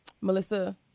Melissa